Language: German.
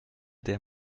der